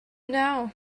now